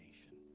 nation